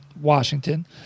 Washington